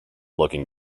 looking